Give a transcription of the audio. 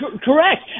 Correct